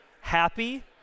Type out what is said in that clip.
happy